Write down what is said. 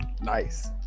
Nice